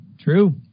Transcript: True